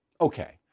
Okay